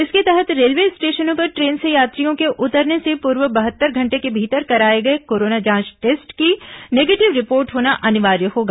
इसके तहत रेलवे स्टेशनों पर ट्रेन से यात्रियों के उतरने से पूर्व बहत्तर घंटे के भीतर कराए गए कोरोना जांच टेस्ट की निगेटिव रिपोर्ट होना अनिवार्य होगा